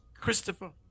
Christopher